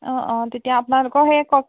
অঁ অঁ তেতিয়া আপোনালোকৰ সেই কওক